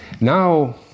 Now